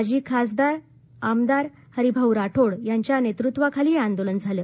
माजी खासदार आमदार हरिभाऊ राठोड यांच्या नेतृत्वाखाली हे आंदोलन झालं